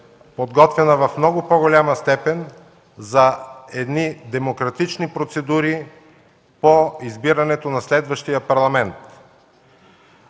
подготвена в много по-голяма степен за демократични процедури по избирането на следващия Парламент.